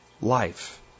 life